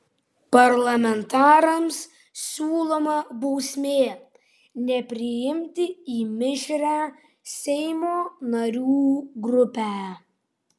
parlamentarams siūloma bausmė nepriimti į mišrią seimo narių grupę